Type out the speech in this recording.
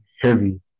heavy